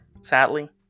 sadly